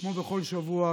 כמו בכל שבוע,